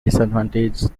disadvantaged